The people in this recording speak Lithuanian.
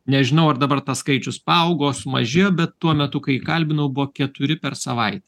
nežinau ar dabar tas skaičius paaugo sumažėjo bet tuo metu kai kalbinau buvo keturi per savaitę